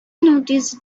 noticed